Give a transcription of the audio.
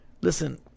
Listen